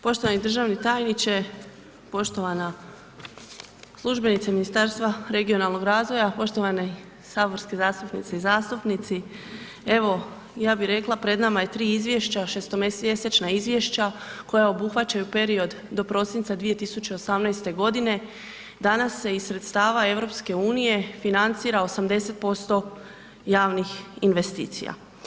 Poštovani državni tajniče, poštovana službenice Ministarstva regionalnog razvoja, poštovani saborski zastupnice i zastupnici, evo ja bi rekla pred nam je 3 izvješća, šestomjesečna izvješća koja obuhvaćaju period do prosinca 2018.g. Danas se iz sredstava EU financira 80% javnih investicija.